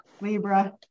Libra